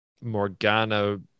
Morgana